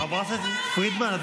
חברת הכנסת פרידמן,